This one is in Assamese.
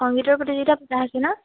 সংগীতৰ প্ৰতিযোগিতা পতা হৈছে ন